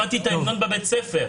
גם למדתי את ההמנון בבית הספר.